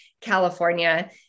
California